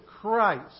Christ